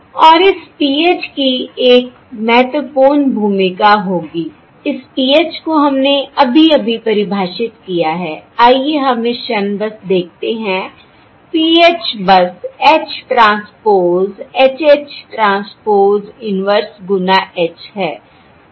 और इस PH की एक महत्वपूर्ण भूमिका होगी इस PH को हमने अभी अभी परिभाषित किया है आइए हम इस क्षण बस देखते हैं PH बस H transpose H H transpose inverse गुना H है